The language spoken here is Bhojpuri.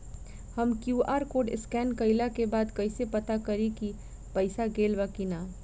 हम क्यू.आर कोड स्कैन कइला के बाद कइसे पता करि की पईसा गेल बा की न?